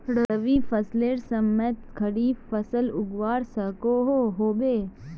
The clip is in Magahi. रवि फसलेर समयेत खरीफ फसल उगवार सकोहो होबे?